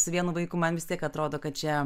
su vienu vaiku man vis tiek atrodo kad čia